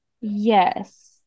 Yes